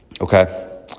Okay